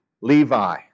Levi